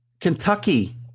Kentucky